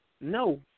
no